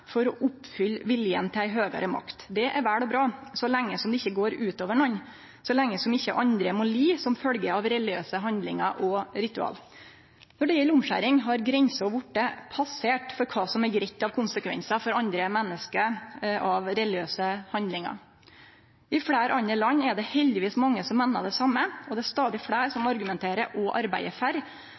for å oppfylle viljen til ei høgare makt. Det er vel og bra så lenge det ikkje går utover nokon, så lenge ikkje andre må li som følgje av religiøse handlingar og ritual. Med omskjering har grensa for kva som er greitt når det gjeld konsekvensar av religiøse handlingar for andre menneske, vorte passert. I fleire andre land er det heldigvis mange som meiner det same, og det er stadig fleire som argumenterer og arbeider for